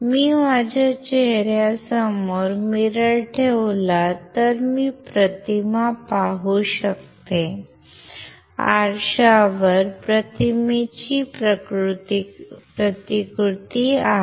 मी माझ्या चेहऱ्यासमोर मिरर ठेवला तर मी प्रतिमा पाहू शकतो आरशावर प्रतिमेची प्रतिकृती आहे